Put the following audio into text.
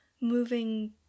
moving